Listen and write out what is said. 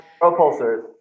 propulsors